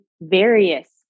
various